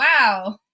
wow